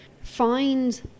find